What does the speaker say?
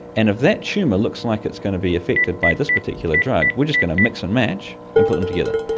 and if that tumour looks like it's going to be affected by this particular drug, we're just going to mix and match and put them together.